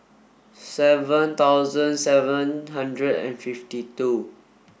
seven thousand seven hundred and fifty two